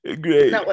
great